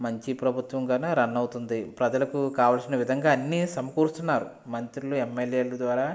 మంచి ప్రభుత్వం గానే రన్ అవుతుంది ప్రజలకు కావలసిన విధంగా అన్ని సమకూర్చుతున్నారు మంత్రులు ఎమ్మెల్యేల ద్వారా